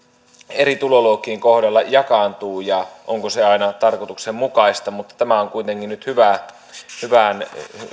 eri tuloluokkien kohdalla jakaantuvat ja onko se aina tarkoituksenmukaista mutta tämä on kuitenkin nyt hyvään